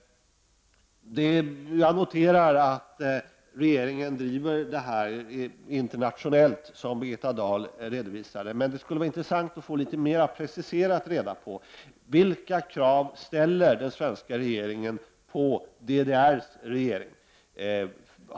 Jag noterar att regeringen driver denna fråga internationellt som Birgitta Dahl redovisade, men det skulle vara intressant att få det litet mer preciserat, att få reda på vilka krav som den svenska regeringen ställer på DDR:s regering.